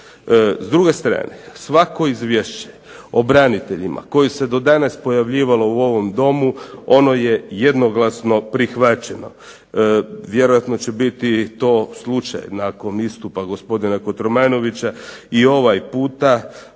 S druge strane, svako izvješće o braniteljima koje se do danas pojavljivalo u ovom domu ono je jednoglasno prihvaćeno. Vjerojatno će biti to slučaj, nakon istupa gospodina Kotromanovića, i ovaj puta,